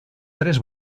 tres